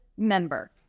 member